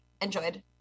enjoyed